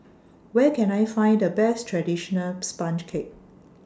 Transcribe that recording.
Where Can I Find The Best Traditional Sponge Cake